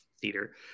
theater